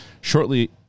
Shortly